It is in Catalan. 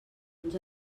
uns